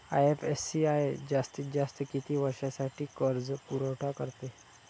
IFCI जास्तीत जास्त किती वर्षासाठी कर्जपुरवठा करते?